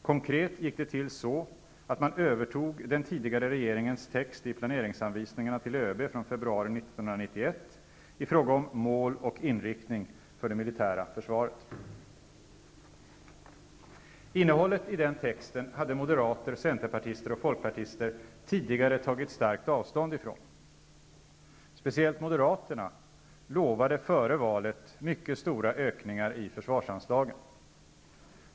Konkret gick det till så, att man övertog den tidigare regeringens text i planeringsanvisningarna till ÖB från februari 1991 Innehållet i den texten hade moderater, centerpartister och folkpartister tidigare tagit starkt avstånd från. Speciellt Moderaterna lovade före valet mycket stora ökningar i försvarsanslagen.